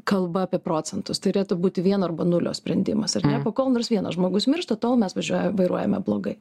kalba apie procentus turėtų būti vieno arba nulio sprendimas ar ne o kol nors vienas žmogus miršta tol mes važiuojame vairuojame blogai